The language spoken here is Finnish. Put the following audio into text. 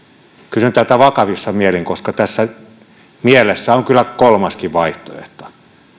kysyn tätä vakavissa mielin koska tässä mielessä on kyllä kolmaskin vaihtoehto